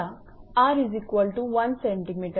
आता 𝑟 1𝑐𝑚 0